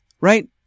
Right